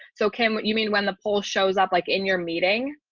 so kim, what you mean when the poll shows up like in your meeting,